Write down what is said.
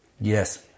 Yes